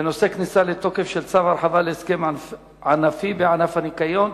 בנושא: כניסה לתוקף של צו הרחבה להסכם ענפי בענף הניקיון.